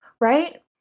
right